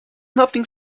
nothing